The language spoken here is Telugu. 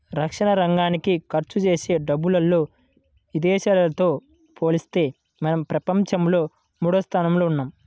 రక్షణరంగానికి ఖర్చుజేసే డబ్బుల్లో ఇదేశాలతో పోలిత్తే మనం ప్రపంచంలో మూడోస్థానంలో ఉన్నాం